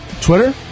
Twitter